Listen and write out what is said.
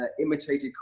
imitated